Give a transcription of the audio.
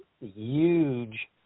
huge